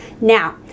Now